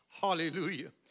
Hallelujah